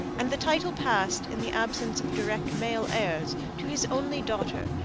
and the title passed, in the absence of direct male heirs, to his only daughter,